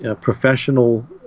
professional